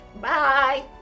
Bye